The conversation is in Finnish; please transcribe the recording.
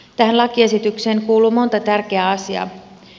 tähän lakiesitykseen kuuluu monta tärkeää asiaa